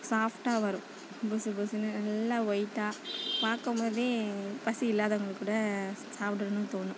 சாஃப்டாக வரும் புசுபுசுனு நல்லா வொயிட்டாக பார்க்கம்போதே பசி இல்லாதவங்களுக்கு கூட சாப்பிடணும்னு தோணும்